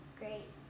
great